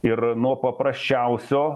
ir nuo paprasčiausio